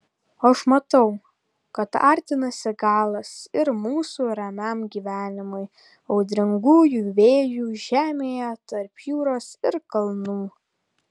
aš matau kad artinasi galas ir mūsų ramiam gyvenimui audringųjų vėjų žemėje tarp jūros ir kalnų